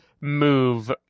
move